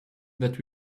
that